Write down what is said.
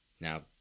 Now